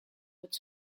would